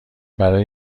برای